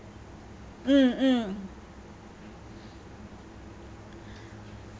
mm mm